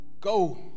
Go